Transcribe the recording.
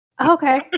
Okay